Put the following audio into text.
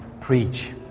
preach